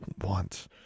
want